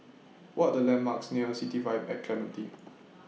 What Are The landmarks near City Vibe At Clementi